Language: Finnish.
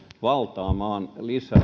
valtaamaan